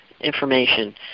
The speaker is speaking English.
information